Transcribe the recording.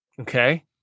Okay